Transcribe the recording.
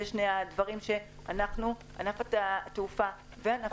אלה שני הדברים שענף התעופה וענף התיירות מתחבטים בהם.